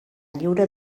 lliure